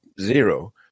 zero